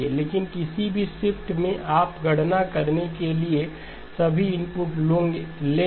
लेकिन किसी भी शिफ्टमें आप गणना करने के लिए सभी इनपुट लेंगे